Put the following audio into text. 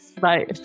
Bye